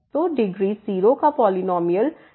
तो डिग्री 0 का पॉलिनॉमियल केवल 1 होगा